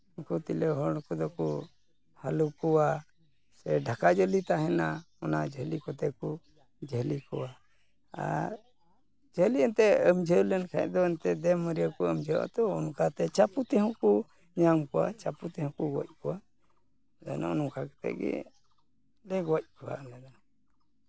ᱠᱚᱛᱮᱫ ᱜᱤᱞᱟᱹ ᱦᱚᱲ ᱠᱚᱫᱚ ᱠᱚ ᱦᱟᱞᱚ ᱠᱚᱣᱟ ᱥᱮ ᱰᱷᱟᱠᱟ ᱡᱷᱟᱹᱞᱤ ᱛᱟᱦᱮᱱᱟ ᱚᱱᱟ ᱡᱷᱟᱹᱞᱤ ᱠᱚᱛᱮ ᱠᱚ ᱡᱷᱟᱹᱞᱤ ᱠᱚᱣᱟ ᱟᱨ ᱡᱷᱟᱹᱞᱤ ᱮᱱᱛᱮᱫ ᱟᱹᱢᱡᱷᱟᱹᱣ ᱞᱮᱱᱠᱷᱟᱡ ᱫᱚ ᱮᱱᱛᱮᱫ ᱫᱮᱼᱢᱟᱹᱨᱤᱭᱟᱹ ᱠᱚ ᱟᱹᱢᱡᱷᱟᱹᱜᱼᱟ ᱛᱚ ᱚᱱᱠᱟᱛᱮ ᱪᱟᱯᱚ ᱛᱮᱦᱚᱸ ᱠᱚ ᱧᱟᱢ ᱠᱚᱣᱟ ᱪᱟᱯᱚ ᱛᱮᱦᱚᱸ ᱠᱚ ᱜᱚᱡ ᱠᱚᱣᱟ ᱟᱫᱚ ᱱᱚᱜᱼᱚ ᱱᱚᱝᱠᱟ ᱠᱟᱛᱮᱫ ᱜᱮ ᱞᱮ ᱜᱚᱡ ᱠᱚᱣᱟ ᱟᱞᱮ ᱫᱚ